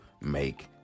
make